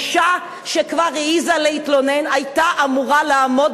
אשה שכבר העזה להתלונן היתה אמורה לעמוד